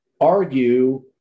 argue